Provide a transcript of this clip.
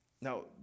Now